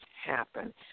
happen